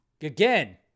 Again